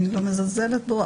ואני לא מזלזלת בו,